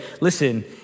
listen